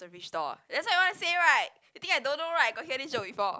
the fridge door ah that's what you want to say right you think I don't know right got hear this joke before